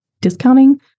discounting